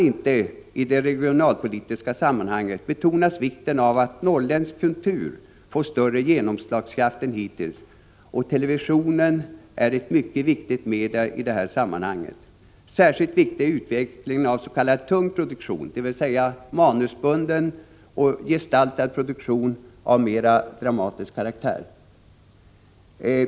I det regionalpolitiska sammanhanget kan man inte nog betona vikten av att norrländsk kultur får större genomslagskraft än hittills, och televisionen är ett mycket viktigt medium i detta sammanhang. Särskilt viktig är utvecklingen av s.k. tung produktion, dvs. manusbunden och gestaltad produktion av mer dramatisk karaktär.